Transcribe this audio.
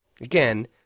again